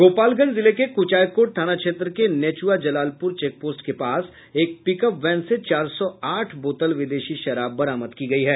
गोपालगंज जिले के कुचायकोट थाना क्षेत्र के नेचुआ जलालपुर चेकपोस्ट के पास एक पिकअप वैन से चार सौ आठ बोतल विदेशी शराब बरामद की गयी है